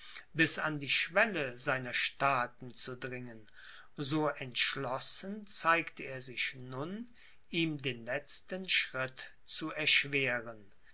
bis an die schwelle seiner staaten zu dringen so entschlossen zeigte er sich nun ihm den letzten schritt zu erschweren